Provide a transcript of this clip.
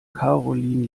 karoline